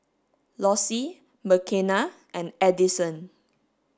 Lossie Makena and Adison